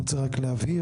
אני רוצה רק להבהיר,